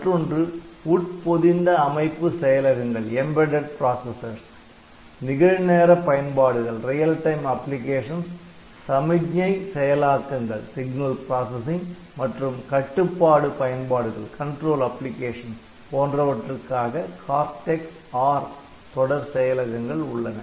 மற்றொன்று உட்பொதிந்த அமைப்பு செயலகங்கள் நிகழ் நேர பயன்பாடுகள் சமிக்ஞை செயலாக்கங்கள் மற்றும் கட்டுப்பாடு பயன்பாடுகள் போன்றவற்றுக்காக Cortex R தொடர் செயலகங்கள் உள்ளன